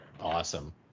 Awesome